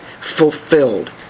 fulfilled